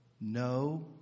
no